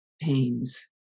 pains